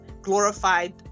glorified